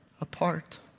apart